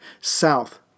south